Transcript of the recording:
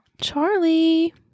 charlie